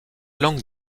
langue